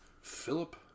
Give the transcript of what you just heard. Philip